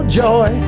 joy